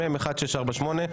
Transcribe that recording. מ/1648,